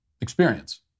experience